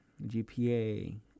GPA